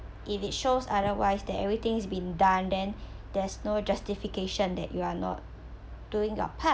if it shows otherwise that everything's been done then there's no justification that you are not doing your part